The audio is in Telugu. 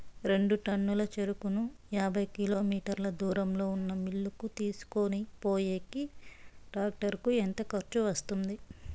రెండు టన్నుల చెరుకును యాభై కిలోమీటర్ల దూరంలో ఉన్న మిల్లు కు తీసుకొనిపోయేకి టాక్టర్ కు ఎంత ఖర్చు వస్తుంది?